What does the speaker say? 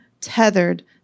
tethered